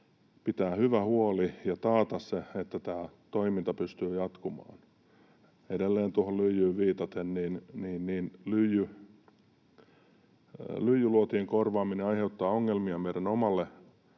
pitää hyvä huoli ja taata, että tämä toiminta pystyy jatkumaan. Edelleen tuohon lyijyyn viitaten: Lyijyluotien korvaaminen aiheuttaa ongelmia meidän omalle